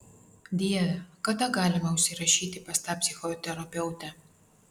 dieve kada galima užsirašyti pas tą psichoterapeutę